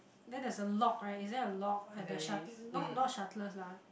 then there is a lock right is there a lock at the shuttle not not shuttlers lah